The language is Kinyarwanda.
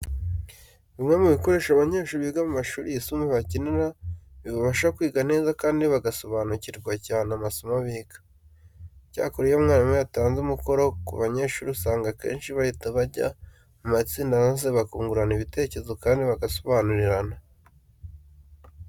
Bimwe mu bikoresho abanyeshuri biga mu mashuri yisumbuye bakenera, bibafasha kwiga neza kandi bagasobanukirwa cyane amasomo biga. Icyakora iyo mwarimu yatanze umukoro ku banyeshuri usanga akenshi bahita bajya mu matsinda maze bakungurana ibitekerezo kandi bagasobanurirana.